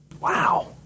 Wow